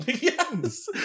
Yes